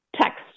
text